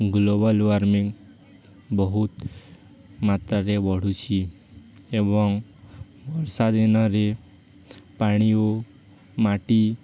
global warming ବହୁତ ମାତ୍ରାରେ ବଢ଼ୁଛି ଏବଂ ବର୍ଷା ଦିନରେ ପାଣି ଓ ମାଟି